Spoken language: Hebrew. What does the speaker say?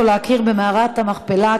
7535,